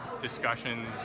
discussions